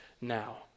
now